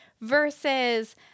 versus